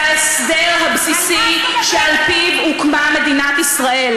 זה ההסדר הבסיסי שעל פיו הוקמה מדינת ישראל.